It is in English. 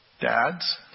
dads